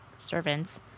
servants